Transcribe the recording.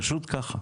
פשוט כך.